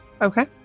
okay